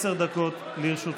עשר דקות לרשותך.